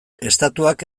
estatuak